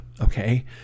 okay